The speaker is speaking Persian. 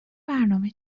برنامه